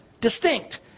distinct